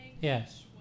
Yes